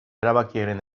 erabakiaren